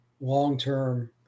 long-term